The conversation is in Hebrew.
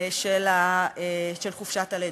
של חופשת הלידה.